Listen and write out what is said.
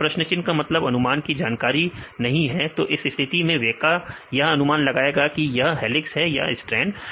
अब प्रश्न चिन्ह का मतलब अनुमान की जानकारी नहीं है तो इस स्थिति में वेका यह अनुमान लगाएगा कि यह हॉर्लिक्स है या स्ट्रैंड